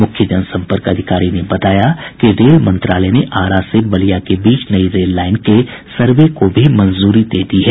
मुख्य जनसंपर्क अधिकारी ने बताया कि रेल मंत्रालय ने आरा से बलिया के बीच नई रेल लाईन के सर्वे को भी मंजूरी दे दी है